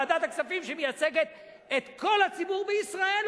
ועדת הכספים שמייצגת את כל הציבור בישראל,